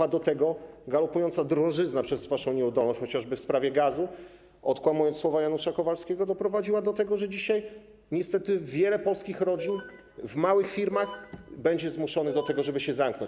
A do tego galopująca drożyzna przez waszą nieudolność chociażby w sprawie gazu - odkłamując słowa Janusza Kowalskiego - doprowadziła do tego, że dzisiaj niestety wiele polskich rodzin w małych firmach będzie zmuszonych do tego, żeby się zamknąć.